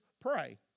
pray